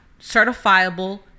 certifiable